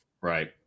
Right